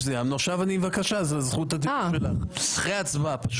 עכשיו זכות הדיבור שלך אחרי ההצבעה.